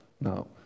Now